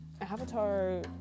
avatar